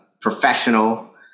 professional